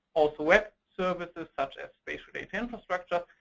also web services, such as spatial data infrastructure,